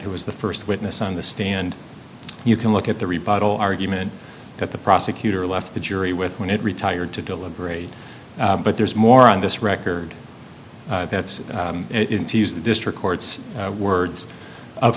he was the first witness on the stand you can look at the rebuttal argument that the prosecutor left the jury with when it retired to deliberate but there's more on this record that's the district court's words of